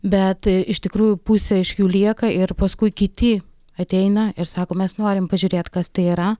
bet iš tikrųjų pusė iš jų lieka ir paskui kiti ateina ir sako mes norim pažiūrėt kas tai yra